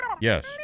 Yes